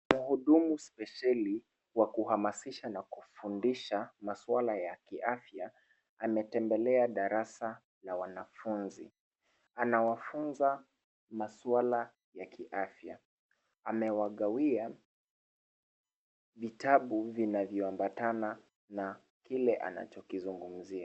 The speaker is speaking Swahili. Mhudumu spesheli wa kuhamasisha na kufundisha maswala ya kiafya, ametembelea darasa la wanafunzi. Anawafunza maswala ya kiafya. Amewagawia vitabu vinavyoambatana na kile anachokizungumzia.